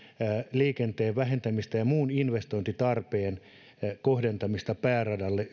liikenteen vähentämistä ja muun investointitarpeen kohdentamista pääradalle